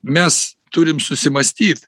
mes turim susimąstyt